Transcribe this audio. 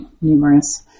numerous